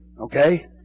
Okay